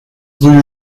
rue